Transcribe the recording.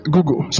Google